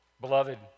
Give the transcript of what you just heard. Beloved